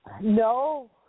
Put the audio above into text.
No